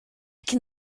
can